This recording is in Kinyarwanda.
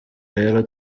rero